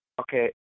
Okay